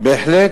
בהחלט,